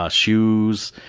ah shoes,